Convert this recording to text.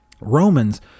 romans